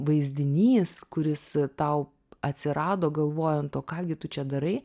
vaizdinys kuris tau atsirado galvojant o ką gi tu čia darai